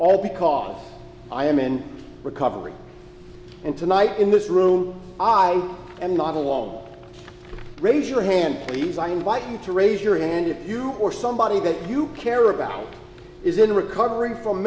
all because i am in recovery and tonight in this room i am not alone raise your hand these are invite to raise your hand if you or somebody that you care about is in recovery from